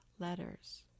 letters